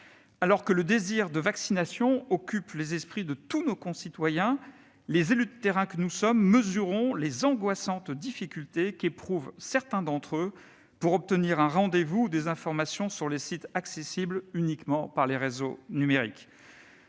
Alors que le désir de vaccination occupe les esprits de tous nos concitoyens, nous mesurons, en tant qu'élus de terrain, les angoissantes difficultés qu'éprouvent certains d'entre eux pour obtenir un rendez-vous ou des informations sur les sites accessibles uniquement par les réseaux numériques.